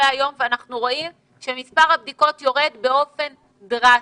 היום ורואים שמספר הבדיקות יורד באופן דרסטי.